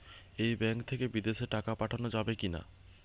এই ব্যাঙ্ক থেকে বিদেশে টাকা পাঠানো যাবে কিনা?